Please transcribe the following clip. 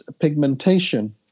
pigmentation